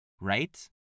right